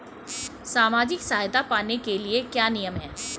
सामाजिक सहायता पाने के लिए क्या नियम हैं?